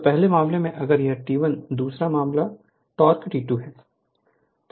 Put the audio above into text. तो पहले मामले में अगर यह T1 दूसरा मामला है टोक़ T2 है